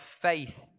faith